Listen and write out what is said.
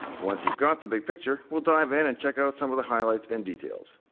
once you've got the big picture, we'll dive in and check out some of the highlights and details.